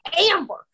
amber